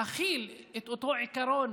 להחיל את אותו עיקרון